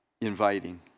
inviting